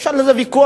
יש על זה ויכוח,